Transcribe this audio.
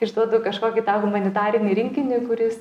išduodu kažkokį tą humanitarinį rinkinį kuris